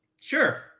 Sure